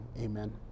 Amen